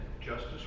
justice